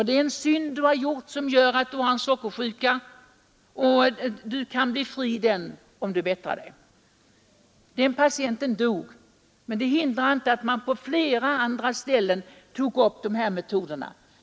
Det är en synd som gjort att du har sockersjuka. Du kan bli fri från din sjukdom, om du bättrar dig. En av de patienter som gjorde som pastorn sade avled, men det hindrar inte att man på flera andra ställen tog upp samma metoder.